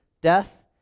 death